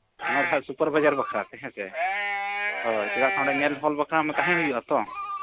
ᱚᱱᱟ ᱨᱮ ᱦᱟᱸᱜ ᱥᱩᱯᱟᱨᱵᱷᱟᱭᱡᱟᱨ ᱵᱟᱠᱷᱨᱟᱛᱮ ᱦᱮᱸᱥᱮ ᱦᱳᱭ ᱪᱮᱫᱟᱜ ᱥᱮ ᱚᱸᱰᱮ ᱧᱮᱞ ᱦᱚᱲ ᱵᱟᱠᱷᱨᱟ ᱢᱟ ᱦᱟᱸᱜ ᱛᱟᱦᱮᱸ ᱦᱩ ᱭᱩᱜᱼᱟ ᱛᱚ